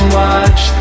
watch